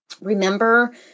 Remember